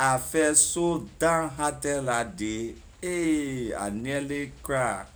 I fell so down hearted la day ayy I nearly cry